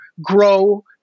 grow